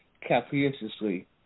capriciously